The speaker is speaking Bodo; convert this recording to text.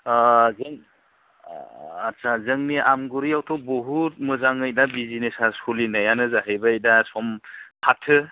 आच्चा जोंनि आमगुरिआवथ' बहुद मोजांङै दा बिज्सनेसा सोलिनायानो जाहैबाय दासम फाथो